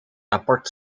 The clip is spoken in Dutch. apart